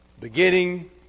beginning